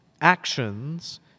Actions